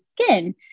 skin